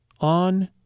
on